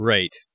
Right